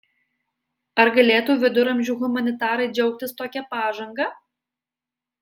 ar galėtų viduramžių humanitarai džiaugtis tokia pažanga